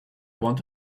want